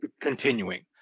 continuing